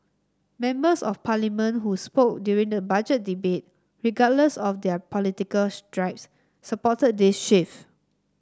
members of Parliament who spoke during the Budget Debate regardless of their political stripes supported this shift